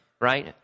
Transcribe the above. right